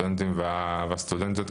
הסטודנטים והסטודנטיות,